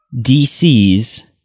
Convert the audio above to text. DC's